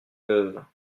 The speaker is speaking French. veuves